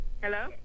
hello